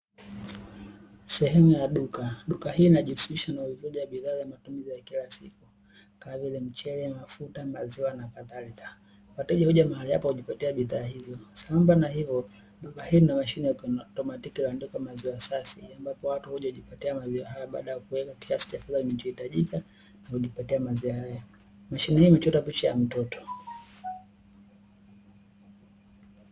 Sehemu ya duka. Duka hili linajihusisha na uuzaji wa bidhaa za kila siku kama vile: mchele, mafuta, maziwa na kadhalika. Wateja huja mahali hapa kujipatia bidhaa hizo sambamba na hivyo duka hili lina mashine ya kiautomatiki iliyoandikwa "maziwa safi" ambapo watu huja kujipatia maziwa haya baada ya kuweka kiasi cha fedha kinachohitajika na kujipatia maziwa haya. Mashine hii imechorwa picha ya mtoto.